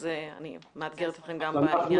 אז אני מאתגרת אתכם גם בעניין הזה.